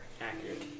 Accurate